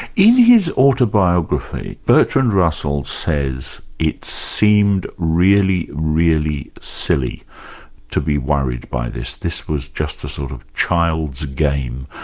in his autobiography, bertrand russell says it seemed really, really silly to be worried by this. this was just a sort of child's game,